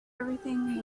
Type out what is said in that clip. everything